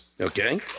Okay